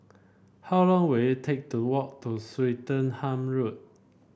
how long will it take to walk to Swettenham Road